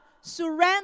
Surrender